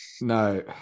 No